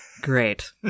Great